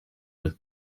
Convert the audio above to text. with